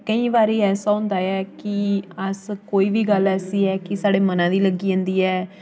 केईं बारी ऐसा होंदा कि अस कोई बी गल्ल ऐसी ऐ कि साढ़े मनै दी लग्गी जंदी ऐ